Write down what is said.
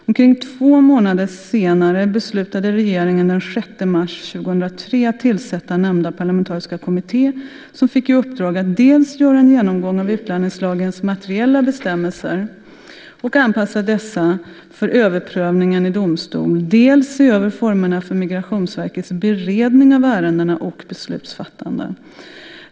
Omkring två månader senare beslutade regeringen den 6 mars 2003 att tillsätta nämnda parlamentariska kommitté, som fick i uppdrag att dels göra en genomgång av utlänningslagens materiella bestämmelser och anpassa dessa för överprövningen i domstol, dels se över formerna för Migrationsverkets beredning av ärendena och beslutsfattande.